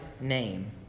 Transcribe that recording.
name